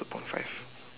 two point five